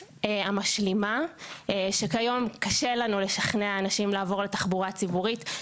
המשלימה שכיום קשה לנו לשכנע אנשים לעבור לתחבורה ציבורית,